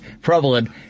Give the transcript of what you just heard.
prevalent